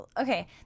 okay